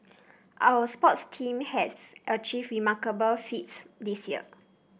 our sports teams have achieved remarkable feats this year